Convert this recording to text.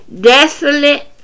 desolate